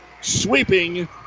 Sweeping